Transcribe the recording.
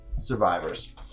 survivors